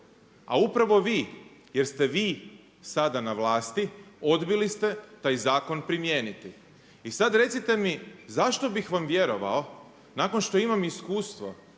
a upravo vi, jer ste vi sada na vlasti odbili ste taj zakon primijeniti. I sad recite mi zašto bih vam vjerovao nakon što imam iskustvo